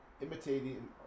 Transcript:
imitating